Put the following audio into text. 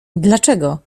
dlaczego